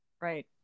Right